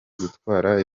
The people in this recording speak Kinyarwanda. gutwara